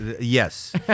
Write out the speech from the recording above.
yes